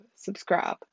subscribe